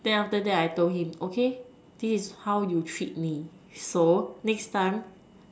then after that I told him okay this is how you treat me so next time